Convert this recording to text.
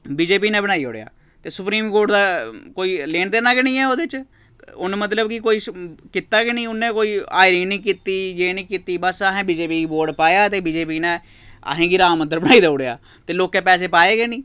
बी J P ने बनाई ओड़ेआ ते सुप्रीम कोर्ट दा कोई लैन देना गै निं ऐ ओह्दे च उन्न मतलब कि कोई कीता गै न उन्नै कोई हाजरी निं कीती जे निं कीती बस असें बी जे पी गी वोट पाया ते बी जे पी ने असें गी राम मंदर बनाई देई ओड़ेआ ते लोकें पैसे पाए गै निं